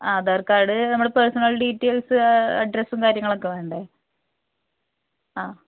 Aadhaar card നമ്മുടെ personal details അഡ്രസ്സും കാര്യങ്ങളൊക്കെ വേണ്ടേ അ